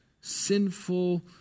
sinful